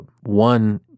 one